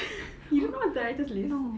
you don't know what director's list